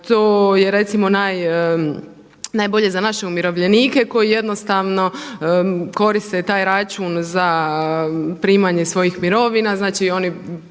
to je recimo najbolje za naše umirovljenike koji jednostavno koriste taj račun za primanje svojih mirovina, znači oni